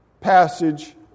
passage